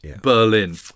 Berlin